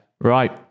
Right